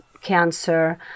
cancer